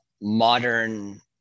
modern